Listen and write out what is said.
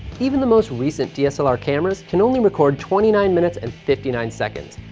even the most recent dslr cameras can only record twenty nine minutes and fifty nine seconds,